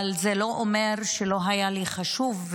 אבל זה לא אומר שלא היה לי חשוב.